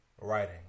writing